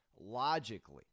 logically